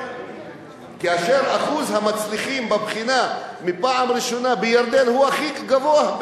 כאשר אחוז המצליחים בבחינה בפעם הראשונה בירדן הוא הכי גבוה,